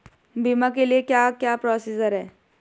बीमा के लिए क्या क्या प्रोसीजर है?